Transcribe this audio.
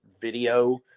video